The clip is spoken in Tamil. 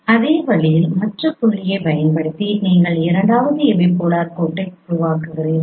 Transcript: அதே வழியில் மற்ற புள்ளியைப் பயன்படுத்தி நீங்கள் இரண்டாவது எபிபோலார் கோட்டை உருவாக்குகிறீர்கள்